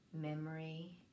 memory